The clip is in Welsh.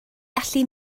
gallu